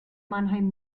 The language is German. mannheim